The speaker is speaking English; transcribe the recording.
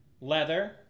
Leather